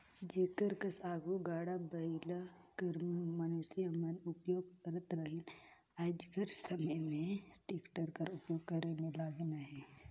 जेकर कस आघु गाड़ा बइला कर मइनसे मन उपियोग करत रहिन आएज कर समे में टेक्टर कर उपियोग करे में लगिन अहें